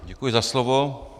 Děkuji za slovo.